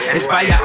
Inspire